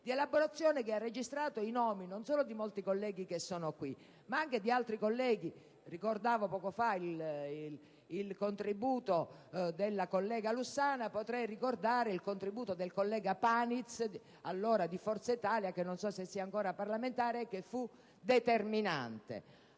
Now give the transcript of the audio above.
di elaborazione, che ha registrato i nomi non solo di molti colleghi che sono qui, ma anche di altri colleghi. Ricordavo poco fa il contributo della collega Lussana; potrei ricordare ora il contributo del collega Paniz, allora di Forza Italia, che fu determinante.